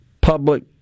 public